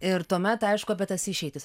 ir tuomet aišku apie tas išeitis